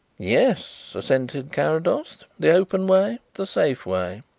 yes, assented carrados. the open way the safe way.